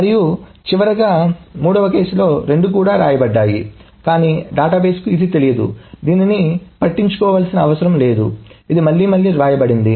మరియు చివరగా మూడవ కేసులో రెండూ కూడా వ్రాయబడ్డాయి కానీ డేటాబేస్కు ఇది తెలియదు దీనిని పట్టించుకోవాల్సిన అవసరం లేదు ఇది మళ్లీ మళ్లీ వ్రాయబడింది